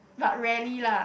but rarely lah